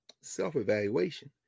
self-evaluation